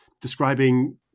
describing